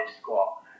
squat